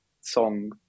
song